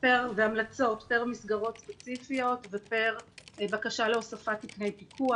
והמלצות פר מסגרות ספציפיות ופר בקשה להוספת תקני פיקוח.